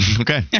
Okay